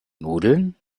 nudeln